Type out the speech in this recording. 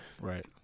Right